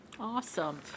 Awesome